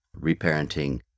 reparenting